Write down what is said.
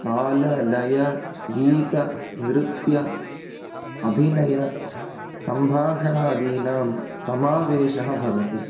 ताल लय गीत नृत्य अभिनय सम्भाषणादीनां समावेशः भवति